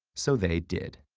so they did.